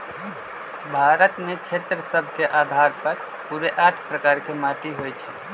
भारत में क्षेत्र सभ के अधार पर पूरे आठ प्रकार के माटि होइ छइ